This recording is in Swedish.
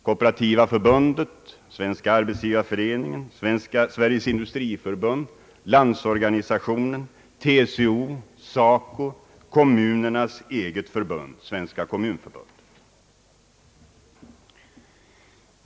Kooperativa förbundet, Svenska arbetsgivareföreningen, Sveriges industriförbund, Landsorganisationen, TCO, SACO och kommunernas eget förbund, Svenska kommunförbundet, är bland dessa organisationer.